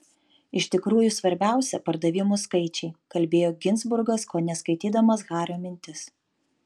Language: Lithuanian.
iš tikrųjų svarbiausia pardavimų skaičiai kalbėjo ginzburgas kone skaitydamas hario mintis